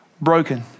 broken